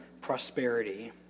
prosperity